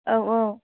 औ औ